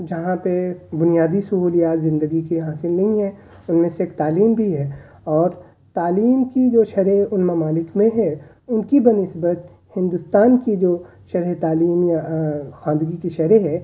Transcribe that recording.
جہاں پہ بنیادی سہولیات زندگی کے حاصل نہیں ہیں ان میں سے ایک تعلیم بھی ہے اور تعلیم کی جو شرح ان ممالک میں ہے ان کی بنسبت ہندوستان کی جو شرح تعلیم یا خواندگی کی شرح ہے